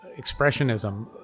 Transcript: expressionism